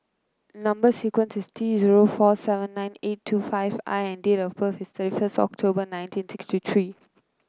number sequence is T zero four seven nine eight two five I and date of birth is thirty first October nineteen sixty three